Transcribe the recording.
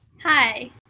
Hi